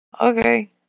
Okay